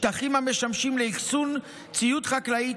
שטחים המשמשים לאחסון ציוד חקלאי,